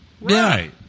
Right